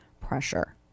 pressure